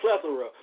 plethora